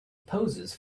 poses